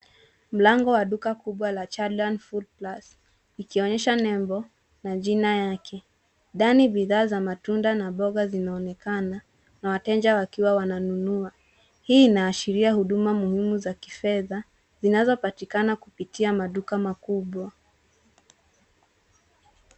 Mlango wa duka kubwa la Chandarana food plus ikionyesha nembo ya jina yake. Ndani bidhaa za matunda na mboga zinaonekana na wateja wakiwa wana nunua. Hii inaashiria huduma muhimu za kifedha zinazopatikana kupitia maduka makubwa.